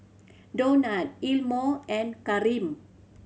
Donat Elmo and Kareem